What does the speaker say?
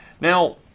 Now